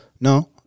No